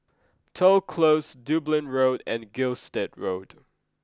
Toh Close Dublin Road and Gilstead Road